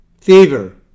fever